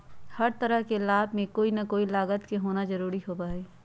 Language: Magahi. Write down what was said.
हर तरह के लाभ में कोई ना कोई लागत के होना जरूरी होबा हई